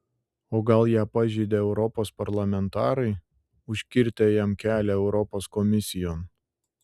o gal ją pažeidė europos parlamentarai užkirtę jam kelią europos komisijon